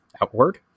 outward